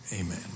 amen